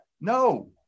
No